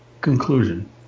conclusion